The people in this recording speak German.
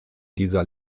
dieser